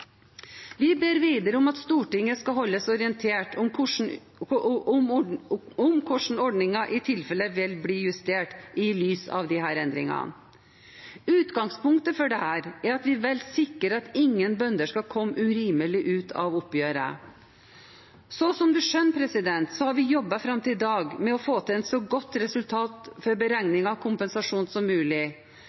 Vi ber videre om at Stortinget skal «holdes orientert om hvordan ordningen i tilfelle vil bli justert i lys av dette». Utgangspunktet for dette er at vi vil sikre at ingen bønder skal komme urimelig ut av oppgjøret. Som en skjønner, har vi jobbet fram til i dag med å få til et så godt resultat for beregning av kompensasjon som mulig,